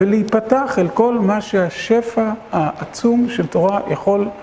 ולהיפתח אל כל מה שהשפע העצום של תורה יכול...